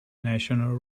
national